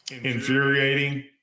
Infuriating